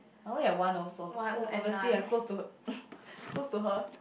I only have one also so obviously I close to close to her